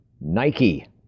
Nike